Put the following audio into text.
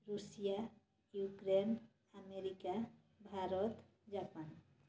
Russia Ukraine America Bharat Japan